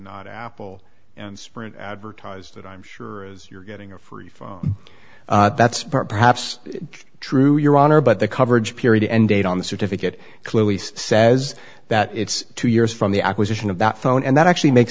not apple and sprint advertised that i'm sure you're getting a free phone that's part perhaps true your honor but the coverage period end date on the certificate clearly says that it's two years from the acquisition of that phone and that actually makes